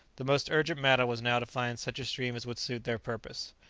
the most urgent matter was now to find such a stream as would suit their purpose.